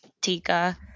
Tika